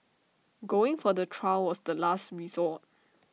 going for the trial was the last resort